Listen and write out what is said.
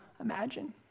imagine